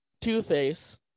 Two-Face